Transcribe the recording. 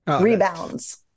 rebounds